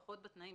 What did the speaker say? לפחות בתנאים,